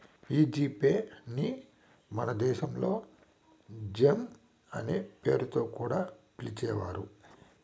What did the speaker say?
ఈ G Pay ని మన దేశంలో తేజ్ అనే పేరుతో కూడా పిలిచేవారు